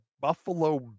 Buffalo